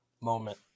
moment